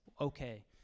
okay